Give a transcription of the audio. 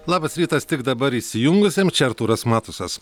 labas rytas tik dabar įsijungusiem čia artūras matusas